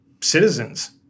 citizens